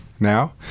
now